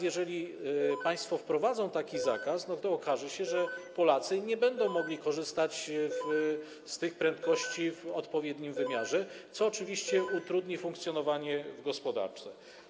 Jeżeli państwo teraz wprowadzą taki zakaz, to okaże się, że Polacy nie będą mogli korzystać z tych prędkości w odpowiednim wymiarze, co oczywiście utrudni funkcjonowanie w gospodarce.